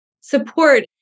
support